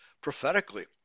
prophetically